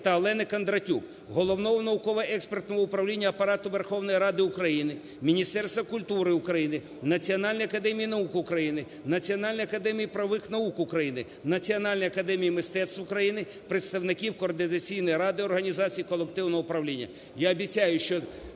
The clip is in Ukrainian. та Олени Кондратюк – Головного науково-експертного управління Апарату Верховної Ради України, Міністерства культури України, Національної академії наук України, Національної академії правових наук України, Національної академії мистецтв України, представників Координаційної ради організацій колективного управління.